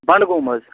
بنٛڈ گوم حظ